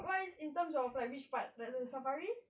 food wise in terms of like which part the safari